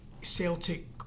Celtic